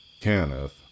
Kenneth